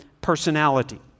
personality